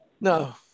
No